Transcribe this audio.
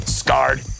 scarred